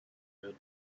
had